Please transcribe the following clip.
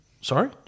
Sorry